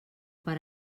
per